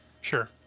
Sure